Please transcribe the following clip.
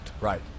Right